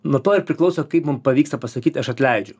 nuo to ir priklauso kaip mum pavyksta pasakyt aš atleidžiu